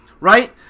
Right